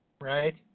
Right